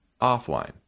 offline